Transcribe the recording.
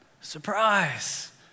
surprise